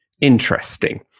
interesting